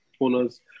owners